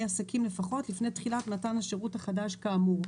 עסקים לפחות לפני תחילת מתן השירות החדש כאמור."